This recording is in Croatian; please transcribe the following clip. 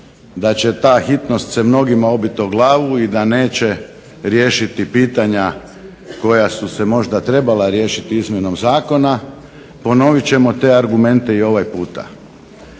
da će ta hitnost mnogima se obiti o glavu i neće riješiti pitanja koja su se možda trebala riješiti izmjenom Zakona, ponoviti ćemo te argumente i ovaj puta.